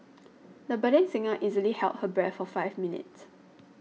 the budding singer easily held her breath for five minutes